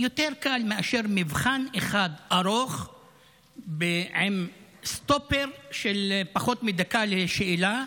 יותר קל מאשר מבחן אחד ארוך עם סטופר של פחות מדקה לשאלה,